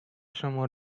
شما